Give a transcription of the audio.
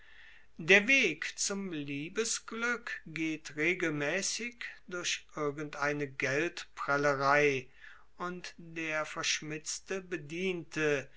der weg zum liebesglueck geht regelmaessig durch irgendeine geldprellerei und der verschmitzte bediente